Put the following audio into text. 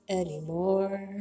anymore